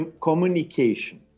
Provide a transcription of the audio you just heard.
communication